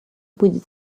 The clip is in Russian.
будет